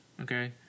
okay